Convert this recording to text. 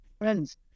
friends